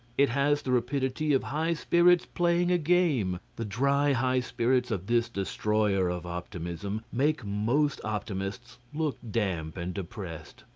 it has the rapidity of high spirits playing a game. the dry high spirits of this destroyer of optimism make most optimists look damp and depressed.